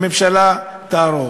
הממשלה תערוב.